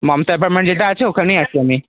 Mamata apartment যেটা আছে ওখানেই আছি আমি